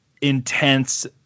intense